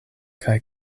kaj